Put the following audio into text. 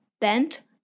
bent